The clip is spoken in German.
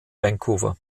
vancouver